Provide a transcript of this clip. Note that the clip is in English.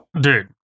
Dude